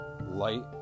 light